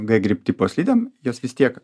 g grip tipo slidėm jos vis tiek